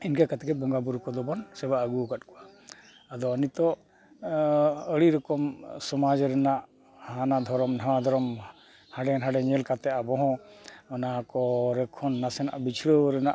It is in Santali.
ᱤᱱᱠᱟᱹ ᱠᱟᱛᱮᱫ ᱜᱮ ᱵᱚᱸᱜᱟ ᱵᱩᱨᱩ ᱠᱚᱫᱚ ᱵᱚᱱ ᱥᱮᱵᱟ ᱟᱹᱜᱩ ᱟᱠᱟᱫ ᱠᱚᱣᱟ ᱟᱫᱚ ᱱᱤᱛᱚᱜ ᱟᱹᱰᱤ ᱨᱚᱠᱚᱢ ᱥᱚᱢᱟᱡᱽ ᱨᱮᱱᱟᱜ ᱦᱟᱱᱟ ᱫᱷᱚᱨᱚᱢ ᱱᱷᱟᱣᱟ ᱫᱷᱚᱨᱚᱢ ᱦᱟᱸᱰᱮᱼᱱᱷᱟᱰᱮ ᱧᱮᱞ ᱠᱟᱛᱮᱫ ᱟᱵᱚ ᱦᱚᱸ ᱚᱱᱟ ᱠᱚᱨᱮ ᱠᱷᱚᱱ ᱱᱟᱥᱮ ᱱᱟᱜ ᱵᱩᱡᱷᱟᱹᱣ ᱨᱮᱱᱟᱜ